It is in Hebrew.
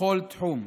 בכל תחום.